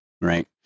right